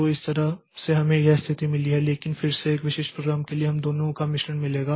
तो इस तरह से हमें यह स्थिति मिली है लेकिन फिर से एक विशिष्ट प्रोग्राम के लिए हमें दोनों का मिश्रण मिलेगा